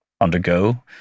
undergo